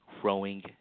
growing